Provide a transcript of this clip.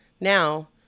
Now